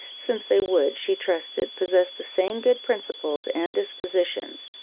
since they would, she trusted, possess the same good principles and dispositions,